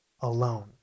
alone